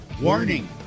warning